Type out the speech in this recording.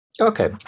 Okay